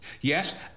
Yes